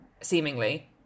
seemingly